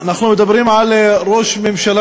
אנחנו מדברים על ראש ממשלה